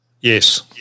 Yes